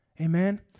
Amen